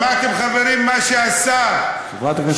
שמעתם, חברים, מה שהשר, חברת הכנסת ברקו.